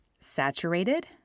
saturated